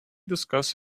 discuss